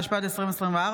התשפ"ד 2024,